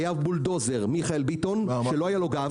היה בולדוזר מיכאל ביטון שלא היה לו גב.